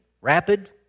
rapid